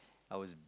I was